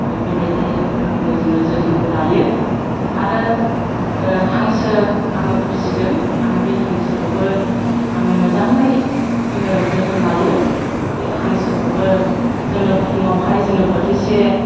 बिबायदि रोखोमै जोङो जोथोनखौ लायो आरो हांसो आङो फिसिदों आङो बि हांसोखौबो आङो मोजाङै जोङो जोथोन लायो बि हांसोखौबो जोङो फुङावहाय जोङो बोथिसे